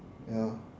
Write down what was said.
ya